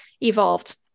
evolved